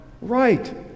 right